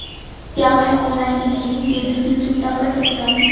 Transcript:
क्या मैं online delivery के भी बिल चुकता कर सकता हूँ?